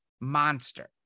monster